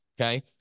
okay